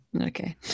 Okay